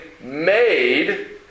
made